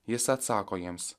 jis atsako jiems